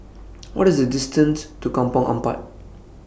What IS The distance to Kampong Ampat